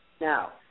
Now